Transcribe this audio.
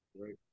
Right